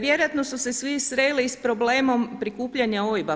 Vjerojatno su se svi sreli i s problemom prikupljanja OIB-a.